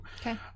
Okay